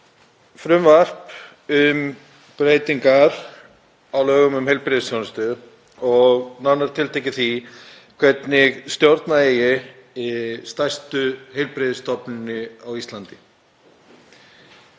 frumvarp um breytingar á lögum um heilbrigðisþjónustu, nánar tiltekið því hvernig stjórna eigi stærstu heilbrigðisstofnuninni á Íslandi,